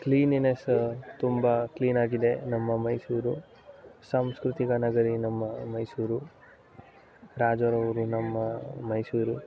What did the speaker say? cleanliness ತುಂಬ clean ಆಗಿದೆ ನಮ್ಮ ಮೈಸೂರು ಸಂಸ್ಕೃತಿನ ನಗರಿ ನಮ್ಮ ಮೈಸೂರು ರಾಜರ ಊರು ನಮ್ಮ ಮೈಸೂರು